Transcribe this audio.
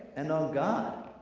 and on god.